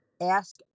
ask